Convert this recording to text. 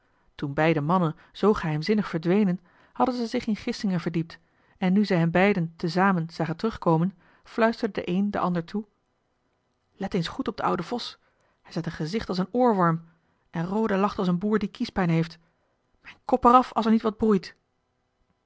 toen beide mannen zoo geheimzinnig verdwenen hadden ze zich in gissingen verdiept en nu zij hen beiden te zamen zagen terugkomen fluisterde de een den ander toe let eens goed op den ouden vos hij zet een gezicht als een oorworm en roda lacht als een boer die kiespijn heeft mijn kop er af als er niet wat broeit